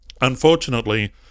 Unfortunately